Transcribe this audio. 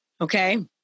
okay